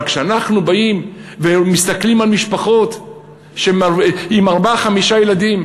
אבל כשאנחנו באים ומסתכלים על משפחות עם ארבעה-חמישה ילדים,